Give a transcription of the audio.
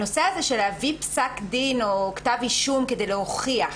הנושא הזה של להביא פסק דין או כתב אישום כדי להוכיח,